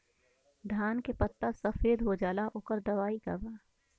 धान के पत्ता सफेद हो जाला ओकर दवाई का बा?